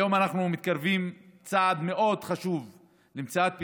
היום אנחנו מתקרבים בצעד מאוד חשוב למציאת פתרון.